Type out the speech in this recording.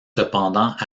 cependant